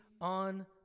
on